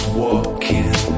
walking